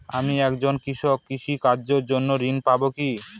আমি একজন কৃষক কৃষি কার্যের জন্য ঋণ পাব কি?